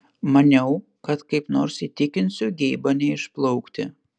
maniau kad kaip nors įtikinsiu geibą neišplaukti